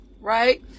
right